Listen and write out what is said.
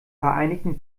vereinigten